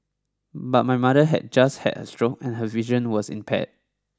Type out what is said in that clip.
but my mother had just had a stroke and her vision was impaired